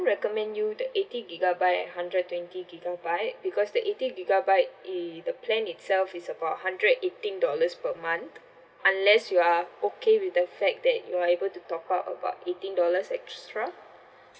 recommend you the eighty gigabyte and hundred twenty gigabyte because the eighty gigabyte it the plan itself is about hundred and eighteen dollars per month unless you are okay with the fact that you're able to top up about eighteen dollars extra